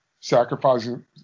sacrificing